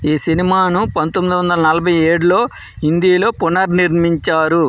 ఈ సినిమాను పంతొమ్మిది వందల నలభై ఏడులో హిందీలో పునర్నిర్మించారు